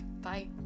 Bye